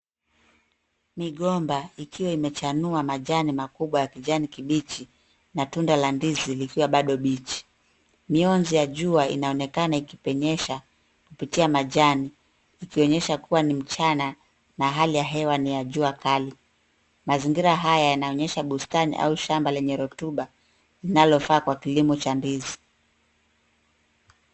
Migomba ikiwa imechanua majani makubwa ya kijani kibichi na tunda la ndizi likiwa bado bichi. Mionzi ya jua inaonekana ikipenyesha kupitia majani, ikionyesha kuwa ni mchana na hali ya hewa ni ya jua kali. Mazingira haya yanaonyesha bustani au shamba lenye rotuba inalofaa kwa kilimo cha ndizi.